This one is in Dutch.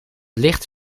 licht